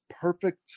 perfect